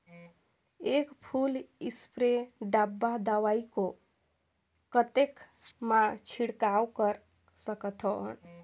एक full spray डब्बा दवाई को कतेक म छिड़काव कर सकथन?